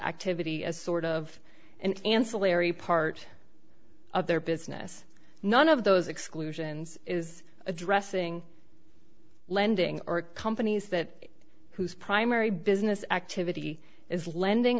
activity as sort of an ancillary part of their business none of those exclusions is addressing lending or companies that whose primary business activity is lending